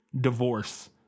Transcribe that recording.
divorce